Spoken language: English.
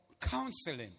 counseling